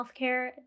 healthcare